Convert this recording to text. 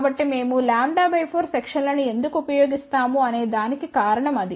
కాబట్టిమేము λ 4 section లను ఎందుకు ఉపయోగిస్తాము అనేదానికి కారణం అది